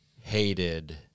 hated